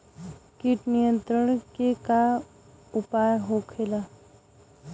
कीट नियंत्रण के का उपाय होखेला?